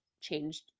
changed